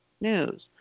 news